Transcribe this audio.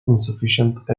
insufficient